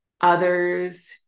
Others